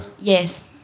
Yes